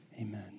Amen